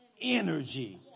energy